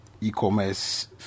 e-commerce